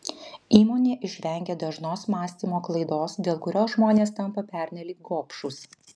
įmonė išvengė dažnos mąstymo klaidos dėl kurios žmonės tampa pernelyg gobšūs